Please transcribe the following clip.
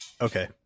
Okay